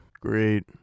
Great